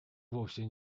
вовсе